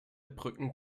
brücken